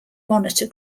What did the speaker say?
monitor